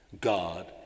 God